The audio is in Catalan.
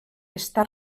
està